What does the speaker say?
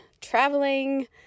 Traveling